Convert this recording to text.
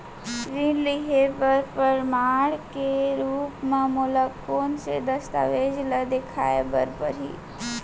ऋण लिहे बर प्रमाण के रूप मा मोला कोन से दस्तावेज ला देखाय बर परही?